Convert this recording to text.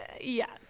yes